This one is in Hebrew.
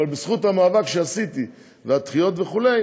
אבל בזכות המאבק שעשיתי והדחיות וכו',